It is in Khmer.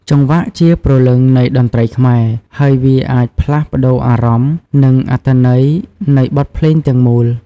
ចង្វាក់ជាព្រលឹងនៃតន្ត្រីខ្មែរ ហើយវាអាចផ្លាស់ប្ដូរអារម្មណ៍ និងអត្ថន័យនៃបទភ្លេងទាំងមូល។